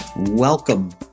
Welcome